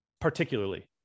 particularly